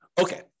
Okay